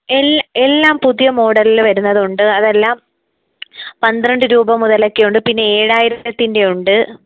A എല്ലാം പുതിയ മോഡലിൽ വരുന്നത് ഉണ്ട് അതെല്ലാം പന്ത്രണ്ട് രൂപ മുതലൊക്കെ ഉണ്ട് പിന്നെ ഏഴായിരത്തിൻ്റെ ഉണ്ട്